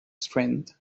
strength